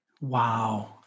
Wow